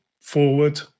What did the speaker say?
forward